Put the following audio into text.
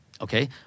Okay